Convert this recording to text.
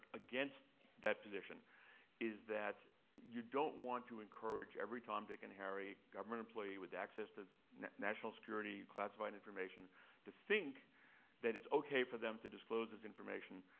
against that position is that you don't want to encourage every tom, dick, and harry government employee with access to national security classified information to think that it's ok for them to disclose this information.